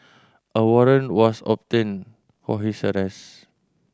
a warrant was obtained for his arrest